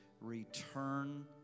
return